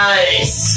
Nice